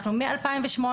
אנחנו מ-2008,